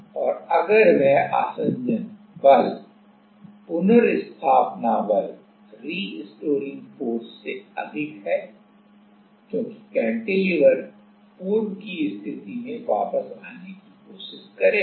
और अगर वह आसंजन बल पुनर्स्थापना बल से अधिक है क्योंकि कैंटिलीवर पूर्व की स्थिति में वापस आने की कोशिश करेगा